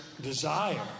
desire